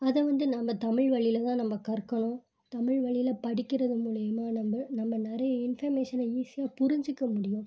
அதை வந்து நம்ம தமிழ் வழியில் தான் நம்ம கற்கணும் தமிழ் வழியில் படிக்கிறது மூலயமா நம்ம நம்ம நிறைய இன்ஃபர்மேஷனை ஈஸியாக புரிஞ்சுக்க முடியும்